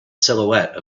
silhouette